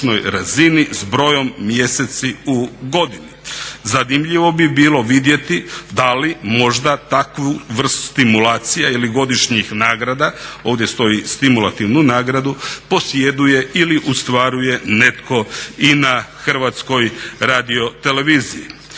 Zanimljivo bi bilo vidjeti da li možda takvu vrstu stimulacija ili godišnjih nagrada, ovdje stoji stimulativnu nagradu, posjeduje ili ostvaruje netko i na HRT-u. Vlada Republike